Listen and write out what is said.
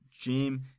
Jim